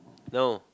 no